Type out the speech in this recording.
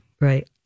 Right